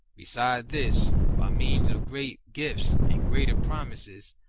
besides this, by means of great gifts and greater promises,